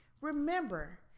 Remember